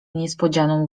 niespodzianą